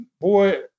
boy